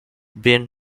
been